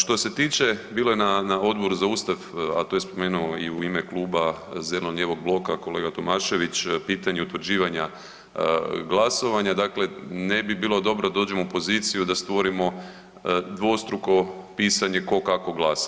Što se tiče, bilo je na Odboru za Ustav, a to je spomenuo i u ime Kluba zeleno-lijevog bloka kolega Tomašević, pitanje utvrđivanja glasovanja, dakle, ne bi bilo dobro da dođemo u poziciju da stvorimo dvostruko pisanje tko kako glasa.